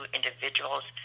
individuals